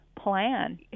plan